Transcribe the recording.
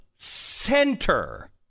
Center